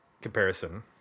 comparison